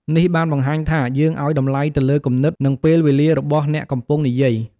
នេះបានបង្ហាញថា យើងឲ្យតម្លៃទៅលើគំនិត និងពេលវេលារបស់អ្នកកំពុងនិយាយ។